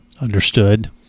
Understood